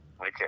Okay